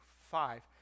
Five